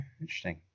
interesting